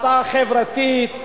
הצעה חברתית,